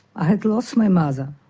i had lost my mother,